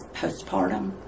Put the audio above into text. postpartum